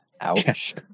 Ouch